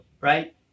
right